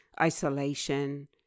isolation